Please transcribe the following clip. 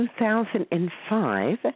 2005